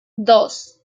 dos